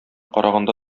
караганда